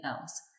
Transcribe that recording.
else